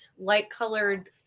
light-colored